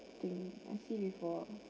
think I see before